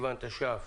סיוון התש"ף,